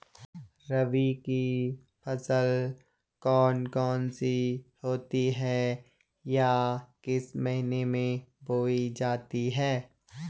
रबी की फसल कौन कौन सी होती हैं या किस महीने में बोई जाती हैं?